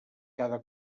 cada